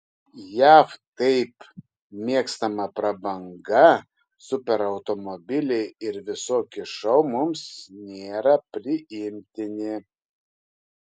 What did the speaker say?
jav taip mėgstama prabanga superautomobiliai ir visokie šou mums nėra priimtini